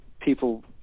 people